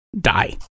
die